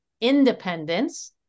independence